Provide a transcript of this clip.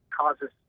causes